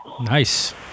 Nice